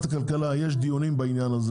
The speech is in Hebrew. הכלכלה מתקיימים דיונים בעניין הזה